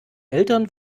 eltern